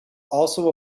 also